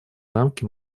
рамки